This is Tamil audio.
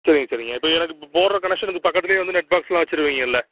சரிங்க சரிங்க இப்போ எனக்கு இப்போ போடுற கனெக்ஷனுக்குப் பக்கத்திலியே வந்து நெட் பாக்ஸ்லாம் வைச்சுருவீங்கல்ல